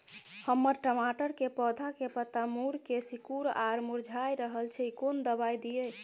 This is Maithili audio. हमर टमाटर के पौधा के पत्ता मुड़के सिकुर आर मुरझाय रहै छै, कोन दबाय दिये?